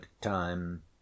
time